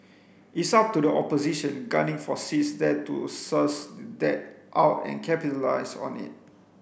it's up to the opposition gunning for seats there to suss that out and capitalise on it